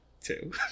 two